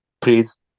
please